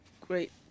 great